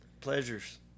Pleasures